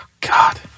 God